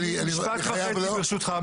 משפט וחצי ברשותך.